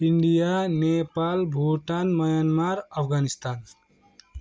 India Nepal Bhutan Myanmar Afghanistan